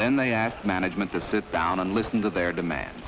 then they asked management to sit down and listen to their demands